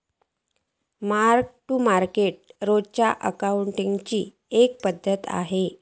mark to market रोजच्या अकाउंटींगची एक पद्धत हा